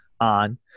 on